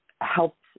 helped